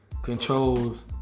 Controls